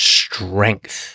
strength